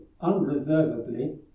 unreservedly